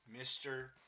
Mr